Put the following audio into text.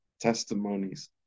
testimonies